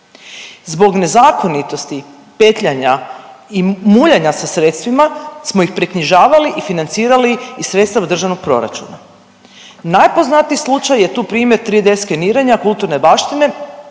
zbog nezakonitosti, petljanja i muljanja sa sredstvima smo ih preknjižavali i financirali iz sredstava državnog proračuna. Najpoznatiji slučaj je tu primjer 3D skeniranja kulturne baštine